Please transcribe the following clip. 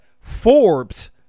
Forbes